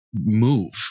move